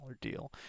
deal